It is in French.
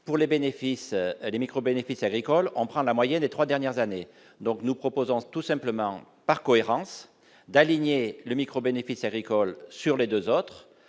les micro-bénéfices agricoles, on prend la moyenne des 3 dernières années, donc nous proposons tout simplement par cohérence d'aligner le micro bénéficiaires écoles sur les 2 autres,